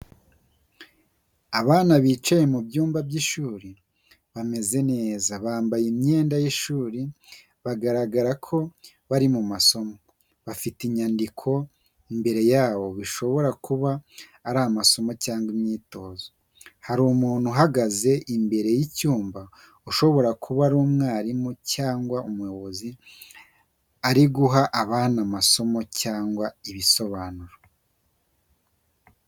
Abana bicaye mu byumba by'ishuri bameze neza bambaye imyenda y'ishuri bagaragara ko bari mu masomo. Bafite inyandiko imbere yabo bishobora kuba ari amasomo cyangwa imyitozo. Hari umuntu uhagaze imbere y’icyumba, ushobora kuba ari umwarimu cyangwa umuyobozi ari guha abana amasomo cyangwa ibisobanuro.